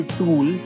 tool